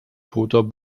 toter